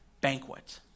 banquet